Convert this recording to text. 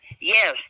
Yes